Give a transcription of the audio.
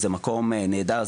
זה מקום נהדר,